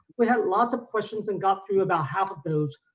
we had lots of questions and got through about half of those,